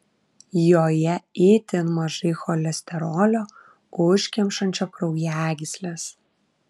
joje itin mažai cholesterolio užkemšančio kraujagysles